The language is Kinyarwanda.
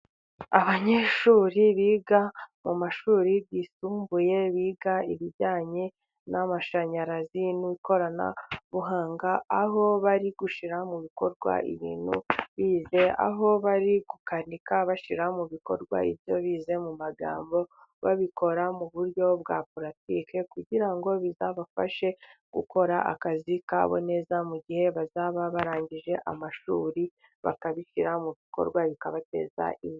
Abanyeshuri biga mu mashuri yisumbuye biga ibijyanye n'amashanyarazi n'ikoranabuhanga, aho bari gushyira mu bikorwa ibintu bize, aho bari gukanika bashyira mu bikorwa ibyo bize mu magambo, babikora mu buryo bwa puratike kugira ngo bizabafashe gukora akazi kabo neza, mu gihe bazaba barangije amashuri, bakabishyira mu bikorwa bikabateza imbere.